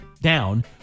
down